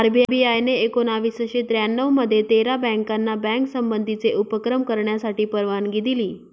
RBI ने एकोणावीसशे त्र्यानऊ मध्ये तेरा बँकाना बँक संबंधीचे उपक्रम करण्यासाठी परवानगी दिली